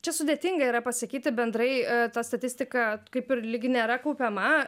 čia sudėtinga yra pasakyti bendrai ta statistika kaip ir lig nėra kaupiama